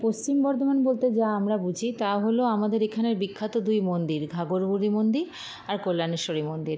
পশ্চিম বর্ধমান বলতে যা আমরা বুঝি তা হলো আমাদের এখানের বিখ্যাত দুই মন্দির ঘাঘরবুড়ি মন্দির আর কল্যাণেশ্বরী মন্দির